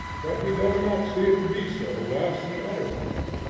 but he does not see it to be so whilst he utters it.